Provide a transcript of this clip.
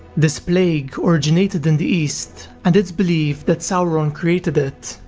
this plague originated in the east, and it's believed that sauron created it,